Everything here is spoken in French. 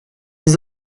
les